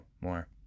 more